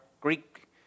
Greek